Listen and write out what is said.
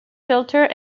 filters